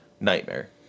nightmare